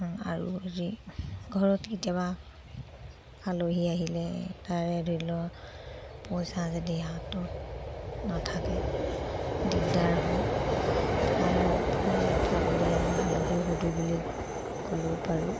আৰু হেৰি ঘৰত কেতিয়াবা আলহী আহিলে তাৰে ধৰি লওক পইচা যদি হাতত নাথাকে দিগদাৰ হয় তাৰপৰাই এটা বোলে আলহী সোধো বুলি ক'লেও পাৰোঁ